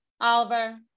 oliver